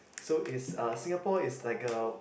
so is a Singapore is like a